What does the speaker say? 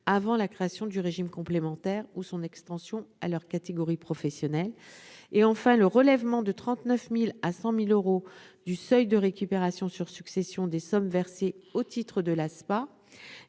avant la création du régime complémentaire ou son extension à leur catégorie professionnelle, ou encore le relèvement de 39 000 à 100 000 euros du seuil de récupération sur succession des sommes versées au titre de